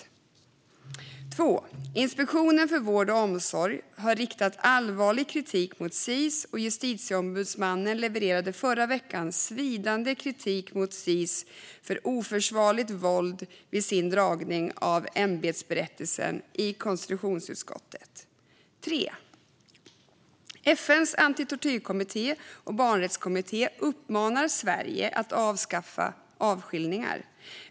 För det andra: Inspektionen för vård och omsorg har riktat allvarlig kritik mot Sis, och Justitieombudsmannen levererade förra veckan svidande kritik mot Sis för oförsvarligt våld, vid sin föredragning av ämbetsberättelsen i konstitutionsutskottet. För det tredje: FN:s kommitté mot tortyr och FN:s barnrättskommitté uppmanar Sverige att avskaffa avskiljningar.